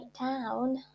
down